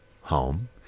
home